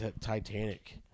Titanic